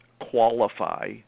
qualify